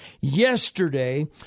Yesterday